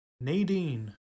Nadine